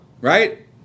right